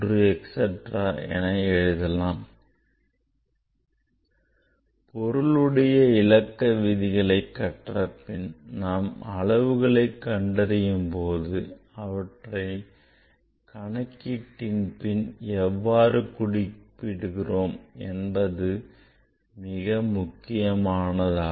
3 etcetera பொருளுடைய இலக்க விதிகளை கற்றபின் நாம் அளவுகளை கண்டறியும் போதும் அவற்றை கணக்கீட்டின் பின் எவ்வாறு குறிப்பிடுகிறோம் என்பது மிக முக்கியமானதாகும்